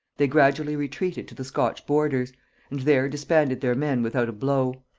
they gradually retreated to the scotch borders and there disbanded their men without a blow.